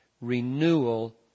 renewal